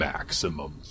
Maximum